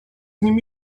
nimi